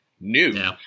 new